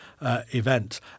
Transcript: event